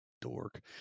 dork